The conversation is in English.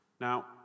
Now